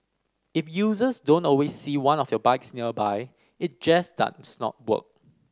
if users don't always see one of your bikes nearby it just does not work